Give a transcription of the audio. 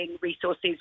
resources